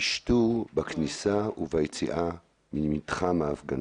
המשטור בכניסה וביציאה ממתחם ההפגנה.